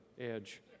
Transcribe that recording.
edge